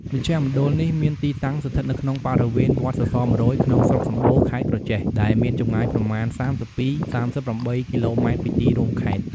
មជ្ឈមណ្ឌលនេះមានទីតាំងស្ថិតនៅក្នុងបរិវេណ វត្តសសរ ១០០ ក្នុងស្រុកសំបូរ ខេត្តក្រចេះ ដែលមានចម្ងាយប្រមាណ ៣២-៣៨ គីឡូម៉ែត្រ ពីទីរួមខេត្ត ។